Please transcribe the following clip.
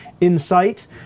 insight